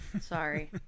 Sorry